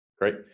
Great